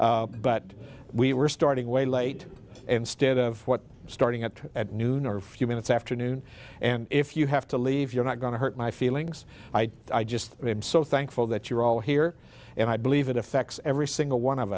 t but we were starting way late instead of what starting at noon or a few minutes after noon and if you have to leave you're not going to hurt my feelings i just am so thankful that you're all here and i believe it affects every single one of